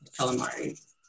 calamari